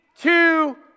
two